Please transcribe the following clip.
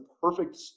perfect